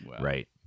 Right